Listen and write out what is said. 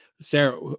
Sarah